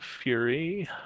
fury